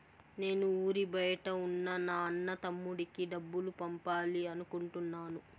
నేను ఊరి బయట ఉన్న నా అన్న, తమ్ముడికి డబ్బులు పంపాలి అనుకుంటున్నాను